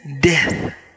death